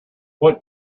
what